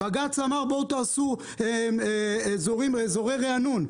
בג"ץ אמר: תעשו אזורי ריענון,